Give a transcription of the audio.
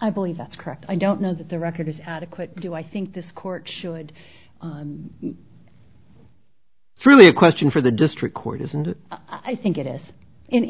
i believe that's correct i don't know that the record is adequate do i think this court should for me a question for the district court is and i think it is in